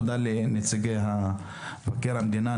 תודה לנציגי משרד מבקר המדינה.